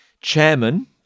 Chairman